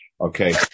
Okay